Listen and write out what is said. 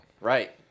Right